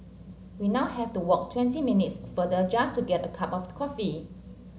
we now have to walk twenty minutes farther just to get a cup of coffee